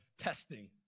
testing